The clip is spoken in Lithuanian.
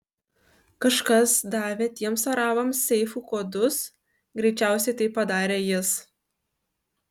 kažkas davė tiems arabams seifų kodus greičiausiai tai padarė jis